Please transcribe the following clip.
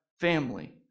family